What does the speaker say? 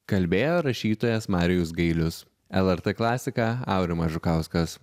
kalbėjo rašytojas marijus gailius lrt klasika aurimas žukauskas